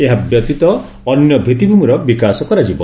ଏହାବ୍ୟତୀତ ଅନ୍ୟ ଭିତ୍ତିଭ୍ତମିର ବିକାଶ କରାଯିବ